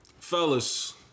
Fellas